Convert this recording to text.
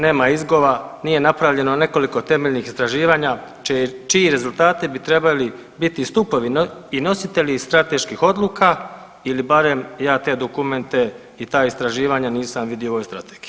Nema izgova, nije napravljeno nekoliko temeljnih istraživanja, čiji rezultati bi trebali biti stupovi i nositelji strateških odluka ili barem ja te dokumente i ta istraživanja nisam vidio u ovoj Strategiji.